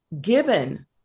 given